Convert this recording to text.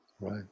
Right